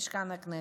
במשכן הכנסת.